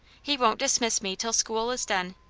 he won't dismiss me till school is done,